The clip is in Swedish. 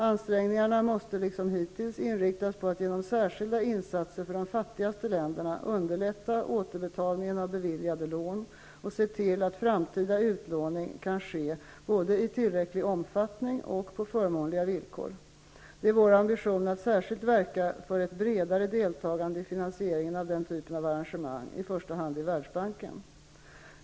Ansträngningarna måste liksom hittills inriktas på att genom särskilda insatser för de fattigaste länderna underlätta återbetalningen av beviljade lån och se till att framtida utlåning kan ske både i tillräcklig omfattning och på förmånliga villkor. Det är vår ambition att särskilt verka för ett bredare deltagande i finansieringen av den typen av arrangemang, i första hand i Världsbanken.